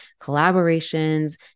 collaborations